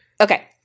Okay